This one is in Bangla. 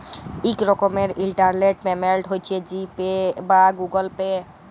ইক রকমের ইলটারলেট পেমেল্ট হছে জি পে বা গুগল পে